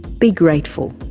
be grateful.